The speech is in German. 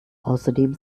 außerdem